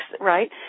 right